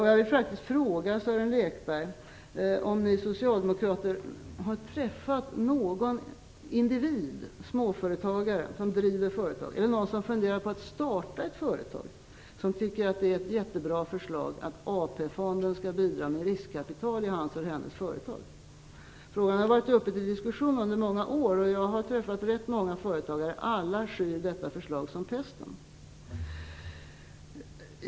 Jag vill faktiskt fråga Sören Lekberg om ni socialdemokrater har täffat någon individ som driver småföretag, eller någon som funderar på starta ett företag, som tycker att det är ett jättebra förslag att AP-fonden skall bidra med riskkapital till hans eller hennes företag. Frågan har varit uppe till diskussion under många år. Jag har träffat rätt många företagare. Alla skyr detta förslag som pesten.